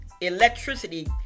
Electricity